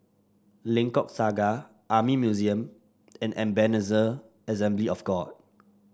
Lengkok Saga Army Museum and Ebenezer Assembly of God